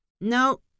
No